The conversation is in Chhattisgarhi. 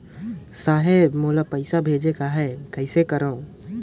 साहेब मोर पइसा भेजेक आहे, कइसे करो?